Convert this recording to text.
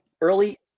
early